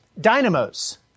dynamos